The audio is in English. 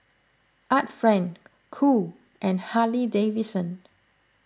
Art Friend Cool and Harley Davidson